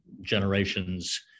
generations